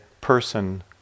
person